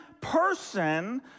person